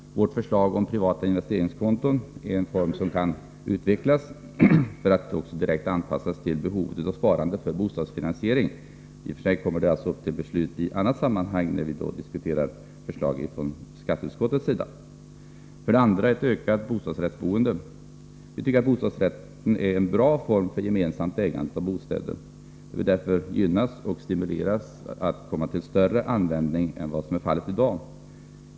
Vårt förslag om privata investeringskonton gäller en form av sparande som kan utvecklas för att direkt anpassas till behovet av sparande för bostadsfinansiering. I och för sig kommer detta upp till beslut i annat sammanhang, när vi diskuterar förslag från skatteutskottet. För det andra är det fråga om ett ökat bostadsrättsboende. Vi tycker bostadsrätten är en bra form för gemensamt ägande av bostäder. Den bör därför gynnas, och man bör stimulera till större användning av den boendeformen än vad som är fallet i dag.